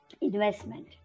investment